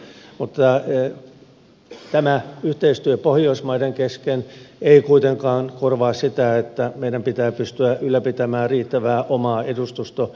mutta tämä yhteistyö pohjoismaiden kesken ei kuitenkaan korvaa sitä että meidän pitää pystyä ylläpitämään riittävää omaa edustustoverkkoa